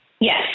Yes